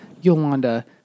Yolanda